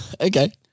okay